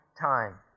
time